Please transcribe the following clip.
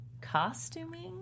costuming